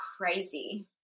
crazy